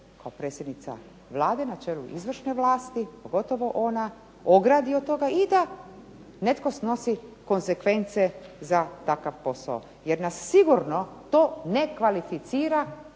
kao predsjednica Vlade na čelu izvršne vlasti, pogotovo ona, ogradi od toga i da netko snosi konzekvence za takav posao. Jer nas sigurno to ne kvalificira